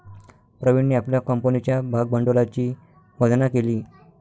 प्रवीणने आपल्या कंपनीच्या भागभांडवलाची गणना केली